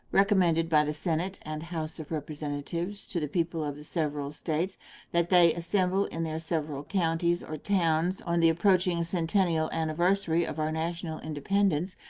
recommended by the senate and house of representatives to the people of the several states that they assemble in their several counties or towns on the approaching centennial anniversary of our national independence,